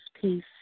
peace